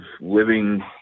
living